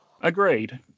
Agreed